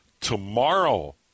tomorrow